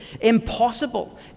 impossible